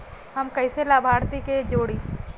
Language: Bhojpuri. हम कइसे लाभार्थी के जोड़ी?